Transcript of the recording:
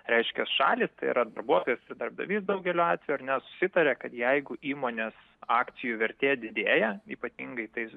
reiškia šalys tai yra darbuotojas ir darbdavys daugeliu atveju ar ne susitaria kad jeigu įmonės akcijų vertė didėja ypatingai tai